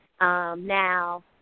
Now